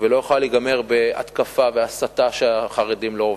ולא יכולה להיגמר בהתקפה והסתה שהחרדים לא עובדים.